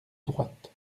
droite